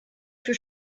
für